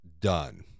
done